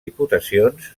diputacions